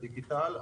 דיגיטל.